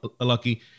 Lucky